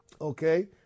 Okay